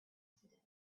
accident